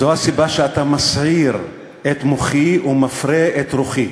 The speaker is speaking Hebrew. זו הסיבה שאתה מסעיר את מוחי ומפרה את רוחי,